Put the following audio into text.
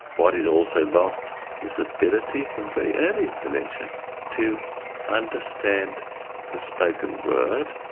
what is also lost is the ability from very early in dementia to understand the spoken word,